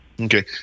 Okay